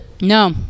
no